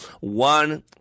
one